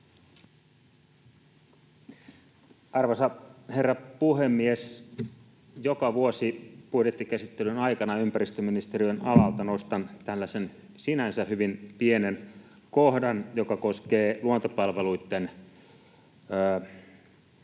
Arvoisa herra puhemies! Joka vuosi budjettikäsittelyn aikana nostan ympäristöministeriön alalta tällaisen sinänsä hyvin pienen kohdan, joka koskee luontopalveluitten rahoitusta.